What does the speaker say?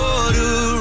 Water